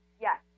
Yes